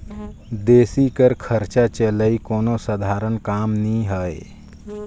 देस कर खरचा चलई कोनो सधारन काम नी हे